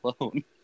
alone